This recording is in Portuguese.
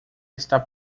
está